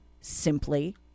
simply